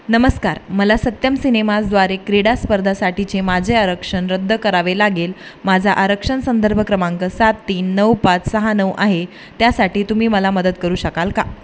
नमस्कार मला सत्यम सिनेमाज द्वारे क्रीडास्पर्धासाठीचे माझे आरक्षण रद्द करावे लागेल माझा आरक्षण संदर्भ क्रमांक सात तीन नऊ पाच सहा नऊ आहे त्यासाठी तुम्ही मला मदत करू शकाल का